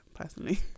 personally